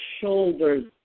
shoulders